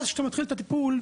כשאתה מתחיל את הטיפול,